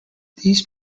these